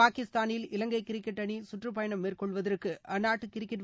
பாகிஸ்தானில் இவங்கை கிரிக்கெட் அணி கற்றுப்பயணம் மேற்கொள்வதற்கு அந்நாட்டு கிரிக்கெட்